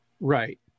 Right